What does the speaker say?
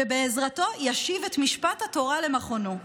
שבעזרתו ישיב את משפט התורה למכונו.